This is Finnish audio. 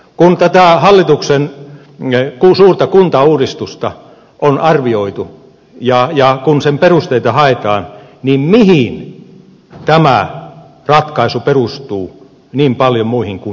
kun tätä hallituksen suurta kuntauudistusta on arvioitu ja kun sen perusteita haetaan niin mihin tämä ratkaisu perustuu niin paljon muuhun kuin mielikuviin